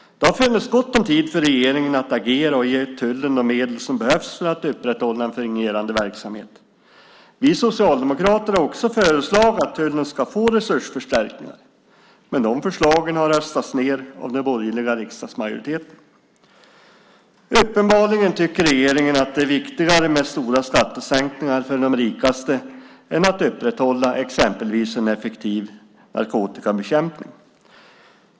Det har funnits gott om tid för regeringen att agera och ge tullen de medel som behövs för att upprätthålla en fungerande verksamhet. Vi socialdemokrater har också föreslagit att tullen ska få resursförstärkningar, men de förslagen har röstats ned av den borgerliga riksdagsmajoriteten. Uppenbarligen tycker regeringen att det är viktigare med stora skattesänkningar för de rikaste än att upprätthålla exempelvis en effektiv narkotikabekämpning.